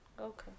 Okay